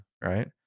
right